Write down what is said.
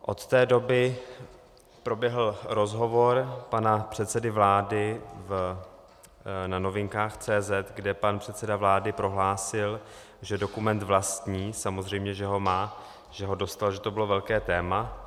Od té doby proběhl rozhovor pana předsedy vlády na Novinkách.cz, kde pan předseda vlády prohlásil, že dokument vlastní, samozřejmě, že ho má, že ho dostal, že to bylo velké téma.